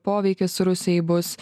poveikis rusijai bus